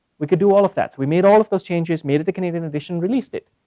we could do all of that. we made all of those changes, made it a canadian edition, released it.